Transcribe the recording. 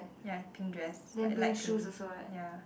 ya pink dress like light pink ya